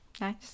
nice